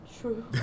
True